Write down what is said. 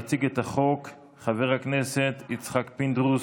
יציג את החוק חבר הכנסת יצחק פינדרוס.